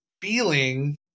feeling